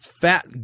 fat